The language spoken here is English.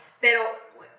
Pero